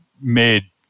made